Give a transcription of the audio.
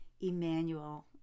Emmanuel